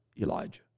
Elijah